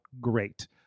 great